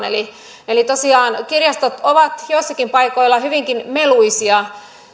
eli eli tosiaan kirjastot ovat joissakin paikoissa hyvinkin meluisia